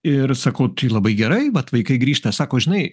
ir sakau tai labai gerai vat vaikai grįžta sako žinai